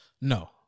no